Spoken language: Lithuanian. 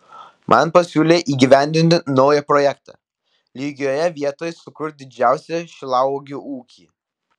man pasiūlė įgyvendinti naują projektą lygioje vietoje sukurti didžiausią šilauogių ūkį